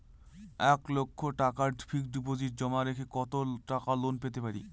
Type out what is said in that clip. এক লক্ষ টাকার ফিক্সড ডিপোজিট জমা রেখে কত টাকা লোন পেতে পারি?